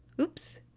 Oops